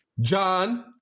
John